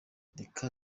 reka